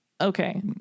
Okay